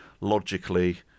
logically